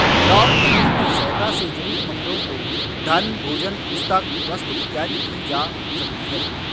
crowdfunding की सहायता से जरूरतमंदों को धन भोजन पुस्तक वस्त्र इत्यादि दी जा सकती है